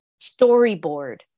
storyboard